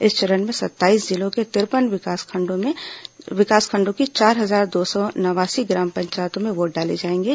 इस चरण में सत्ताईस जिलों के तिरपन विकासखंडों की चार हजार दो सौ नवासी ग्राम पंचायतों में वोट डाले जाएंगे